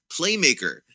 playmaker